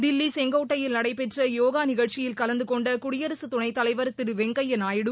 தில்லி செங்கோட்டையில் நடைபெற்ற யோகா நிகழ்ச்சியில் கலந்துகொண்ட குடியரகத் துணைத் வெங்கைய்யா நாயுடு